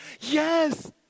Yes